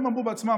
הם אמרו בעצמם,